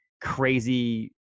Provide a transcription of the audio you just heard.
crazy